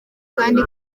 kandi